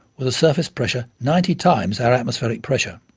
with a surface pressure ninety times our atmospheric pressure.